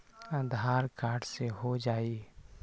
आधार card से हो जाइ?